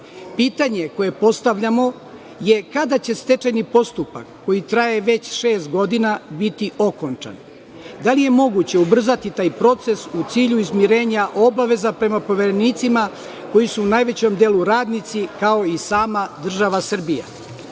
zakupu. Pitanje koje postavljamo je – kada će stečajni postupak koji traje već šest godina biti okončan? Da li je moguće ubrzati taj proces u cilju izmirenja obaveza prema poverenicima koji su u najvećem delu radnici kao i sama država Srbija? Ovo